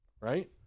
right